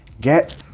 get